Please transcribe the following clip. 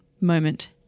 moment